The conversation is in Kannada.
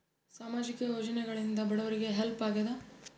ಸಾಮಾಜಿಕ ಯೋಜನೆಗಳಿಂದ ಬಡವರಿಗೆ ಹೆಲ್ಪ್ ಆಗ್ಯಾದ?